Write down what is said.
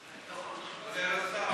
היושב-ראש.